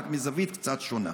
רק מזווית קצת שונה.